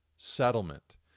Settlement